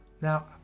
Now